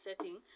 setting